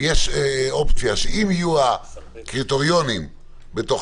שיהיו הקריטריונים בתוך